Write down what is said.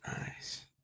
nice